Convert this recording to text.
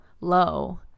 low